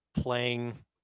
playing